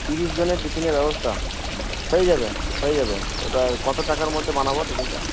তিরিশ জনের টিফিনের ব্যবস্থা হয়ে যাবে হয়ে যাবে এবার কত টাকার মধ্যে বানাবো টিফিনটা